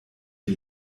die